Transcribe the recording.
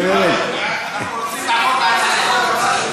דברי ההסבר הם חלק מהצעת החוק.